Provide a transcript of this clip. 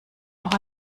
auch